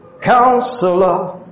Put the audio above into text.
Counselor